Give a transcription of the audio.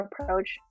approach